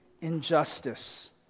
injustice